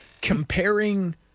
Comparing